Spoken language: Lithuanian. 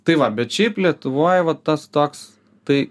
tai va bet šiaip lietuvoj va tas toks tai